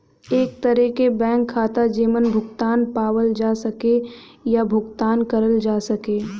एक तरे क बैंक खाता जेमन भुगतान पावल जा सके या भुगतान करल जा सके